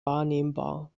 wahrnehmbar